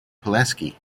pulaski